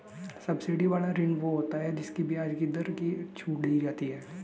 subsidy वाला ऋण वो होता है जिसकी ब्याज की दर में छूट दी जाती है